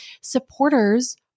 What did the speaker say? supporters